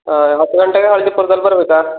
ಹಾಂ ಹತ್ತು ಗಂಟೆಗೆ ಹಳ್ದಿಪುರದಲ್ಲಿ ಬರಬೇಕಾ